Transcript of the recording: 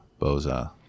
Boza